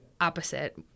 opposite